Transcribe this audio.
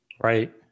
Right